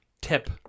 tip